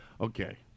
Okay